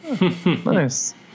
nice